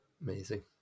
Amazing